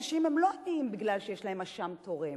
האנשים הם לא עניים מפני שיש להם אשם תורם,